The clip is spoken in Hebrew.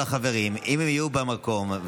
אני קובע שהצעת חוק הפרשנות נדחתה.